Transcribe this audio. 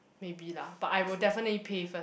maybe lah but I would definitely pay first